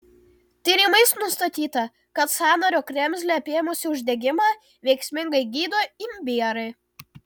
tyrimais nustatyta kad sąnario kremzlę apėmusį uždegimą veiksmingai gydo imbierai